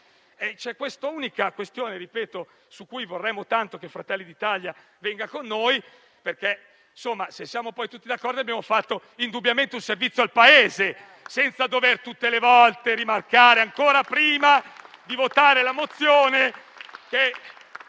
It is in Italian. C'è questa unica questione su cui vorremmo tanto che Fratelli d'Italia venisse con noi, perché se saremo tutti d'accordo avremo reso indubbiamente un servizio al Paese, senza dover tutte le volte rimarcare, ancora prima di votare.